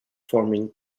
forming